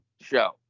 show